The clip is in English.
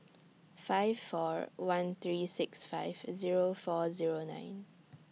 five four one three six five Zero four Zero nine